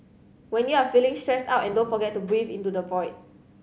when you are feeling stressed out and don't forget to breathe into the void